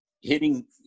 hitting